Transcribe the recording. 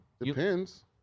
depends